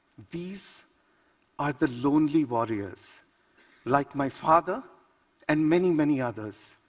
these are the lonely warriors like my father and many, many others,